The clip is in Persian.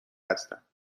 هستم